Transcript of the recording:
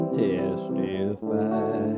testify